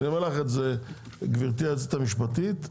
גברתי היועצת המשפטית,